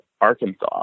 Arkansas